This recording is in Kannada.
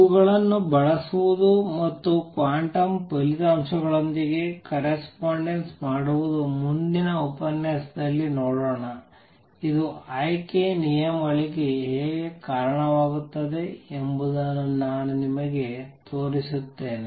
ಇವುಗಳನ್ನು ಬಳಸುವುದು ಮತ್ತು ಕ್ವಾಂಟಮ್ ಫಲಿತಾಂಶಗಳೊಂದಿಗೆ ಕರೆಸ್ಪಾಂಡೆನ್ಸ್ ಮಾಡುವುದು ಮುಂದಿನ ಉಪನ್ಯಾಸದಲ್ಲಿ ನೋಡೋಣ ಇದು ಆಯ್ಕೆ ನಿಯಮಗಳಿಗೆ ಹೇಗೆ ಕಾರಣವಾಗುತ್ತದೆ ಎಂಬುದನ್ನು ನಾನು ನಿಮಗೆ ತೋರಿಸುತ್ತೇನೆ